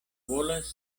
bolas